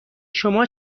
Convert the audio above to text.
شما